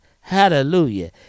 Hallelujah